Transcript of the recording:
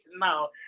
now